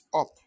up